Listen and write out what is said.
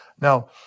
Now